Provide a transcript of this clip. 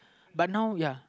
but now ya